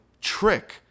trick